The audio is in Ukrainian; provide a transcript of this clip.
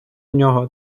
нього